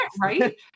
right